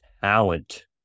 Talent